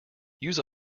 use